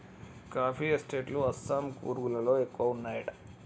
coffee estate లు అస్సాం, కూర్గ్ లలో ఎక్కువ వున్నాయట